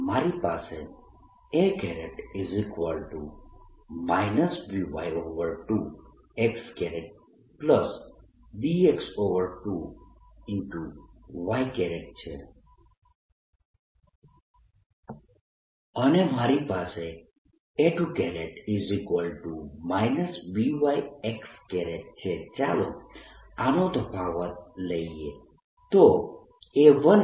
મારી પાસે A1 By2 xBx2 y છે અને મારી પાસે A2 B y x છે ચાલો આનો તફાવત લઈએ